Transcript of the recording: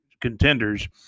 contenders